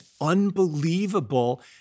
unbelievable